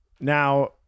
Now